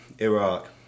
Iraq